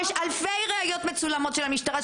יש אלפי ראיות מצולמות של המשטרה,